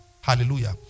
hallelujah